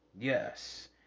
Yes